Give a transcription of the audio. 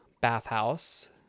bathhouse